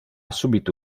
subito